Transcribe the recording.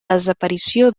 desaparició